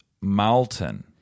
Malton